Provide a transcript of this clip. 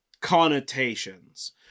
connotations